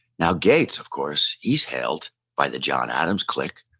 now gates, of course, he's hailed by the john adams clique.